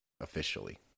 officially